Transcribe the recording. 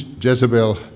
Jezebel